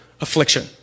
affliction